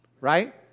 right